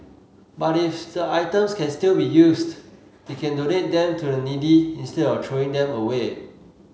but if the items can still be used they can donate them to the needy instead of throwing them away